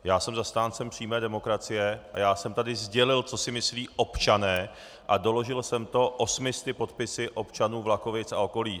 Já jsem zastáncem přímé demokracie a já jsem tady sdělil, co si myslí občané, a doložil jsem to 800 podpisy občanů Vlachovic a okolí.